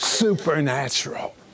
supernatural